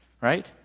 right